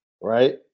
right